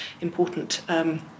important